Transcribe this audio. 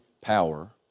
power